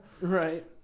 right